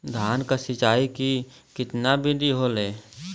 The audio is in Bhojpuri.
धान की सिंचाई की कितना बिदी होखेला?